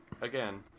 again